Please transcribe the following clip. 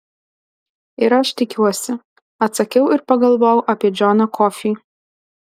ir aš tikiuosi atsakiau ir pagalvojau apie džoną kofį